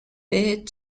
بهت